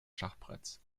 schachbretts